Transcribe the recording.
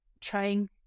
trying